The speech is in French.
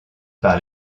par